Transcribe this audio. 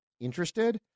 interested